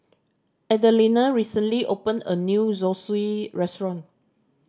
Adelina recently opened a new Zosui Restaurant